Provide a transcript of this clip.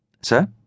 Sir